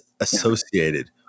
associated